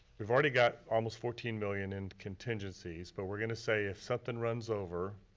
we've already got almost fourteen million in contingencies, but we're gonna say if somethin' runs over,